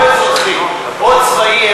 או אזרחי או צבאי,